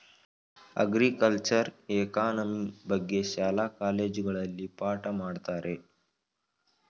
ಅಗ್ರಿಕಲ್ಚರೆ economy ಬಗ್ಗೆ ಶಾಲಾ ಕಾಲೇಜುಗಳಲ್ಲಿ ಪಾಠ ಮಾಡತ್ತರೆ